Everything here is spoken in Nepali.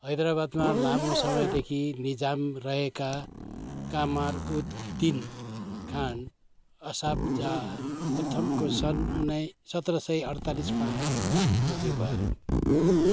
हैदराबादमा लामो समयदेखि निजाम रहेका कामार उद दिन खान असाफ जाह प्रथमको सन् उनाय सत्र सय अठचालिसमा मृत्यु भयो